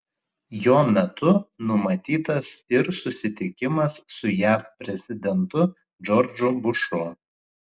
jo metu numatytas ir susitikimas su jav prezidentu džordžu bušu